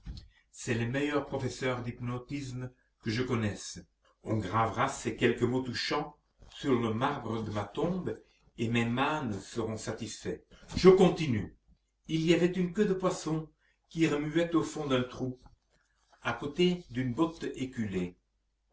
c'est le meilleur professeur d'hypnotisme que je connaisse on gravera ces quelques mots touchants sur le marbre de ma tombe et mes mânes seront satisfaits je continue il y avait une queue de poisson qui remuait au fond d'un trou à côté d'une botte éculée